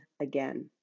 again